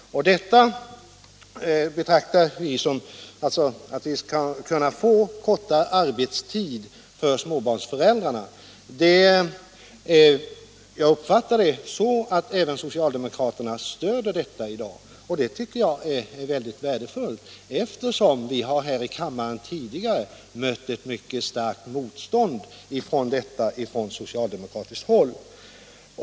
Jag uppfattar läget så att socialdemokraterna i dag stöder önskemålet om en kortare arbetstid för småbarnsföräldrarna. Det tycker jag också är mycket värdefullt, eftersom vi här i kammaren tidigare har mött ett mycket starkt motstånd mot detta från socialdemokratiskt håll.